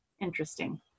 interesting